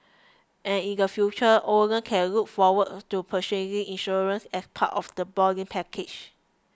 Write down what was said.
and in the future owners can look forward to purchasing insurance as part of the boarding packages